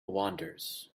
wanders